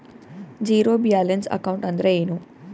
Zero balance account ಅಂದ್ರ ಏನು?